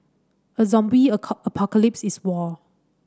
a zombie apocalypse is war